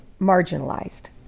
marginalized